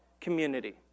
community